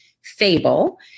Fable